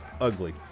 ugly